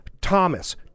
Thomas